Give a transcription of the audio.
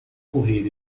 correr